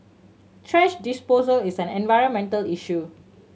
thrash disposal is an environmental issue